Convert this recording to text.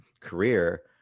career